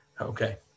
Okay